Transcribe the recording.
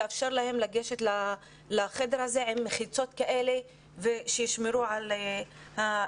לאפשר להם להיכנס לחדר הזה עם מחיצות כדי שישמרו על בריאותם.